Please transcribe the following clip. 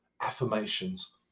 affirmations